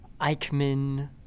Eichmann